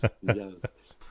yes